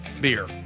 beer